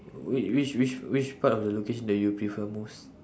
whi~ which which which part of the location that you prefer most